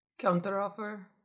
Counter-offer